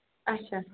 اَچھا